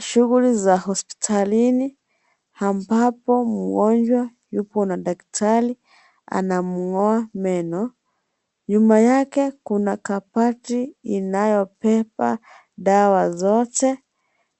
Shughuli za hospitalini ambapo mgonjwa yupo na daktari anamng'oa meno. Nyuma yake kuna kabati inayobeba dawa zote,